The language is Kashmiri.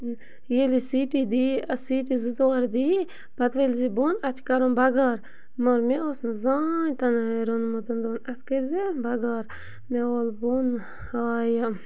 ییٚلہِ یہِ سیٖٹی دِیہِ اَتھ سیٖٹی زٕ ژور دِیہِ پَتہٕ ؤلۍ زِ بۄن اَتھ چھُ کَرُن بَگار مگر مےٚ اوس نہٕ زٔہان تہِ نَے روٚنمُتَں دوٚپُن اَتھ کٔرۍزِ بگار مےٚ وول بۄن ہا یہِ